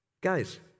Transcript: Guys